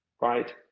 right